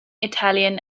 italian